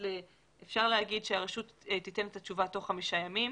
אפשר להגיד שהרשות תיתן את התשובה תוך חמישה ימים,